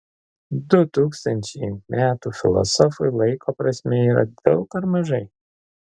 du tūkstančiai metų filosofui laiko prasme yra daug ar mažai